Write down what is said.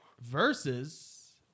versus